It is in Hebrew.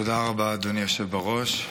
תודה רבה, אדוני היושב-ראש,